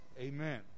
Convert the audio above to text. Amen